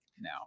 now